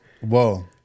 whoa